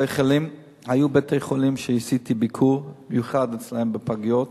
היו בתי-חולים שעשיתי ביקור מיוחד אצלם בפגיות,